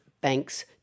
banks